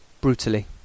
brutally